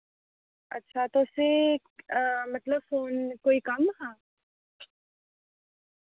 अच्छा तुसें मतलब फोन कोई कम्म हा